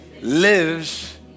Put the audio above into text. lives